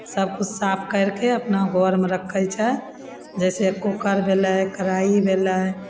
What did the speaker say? सबकिछु साफ करिके अपना घरमे रखय छै जैसे कूकर भेलय कराही भेलय